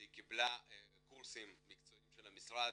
היא קיבלה קורסים מקצועיים של המשרד,